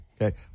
Okay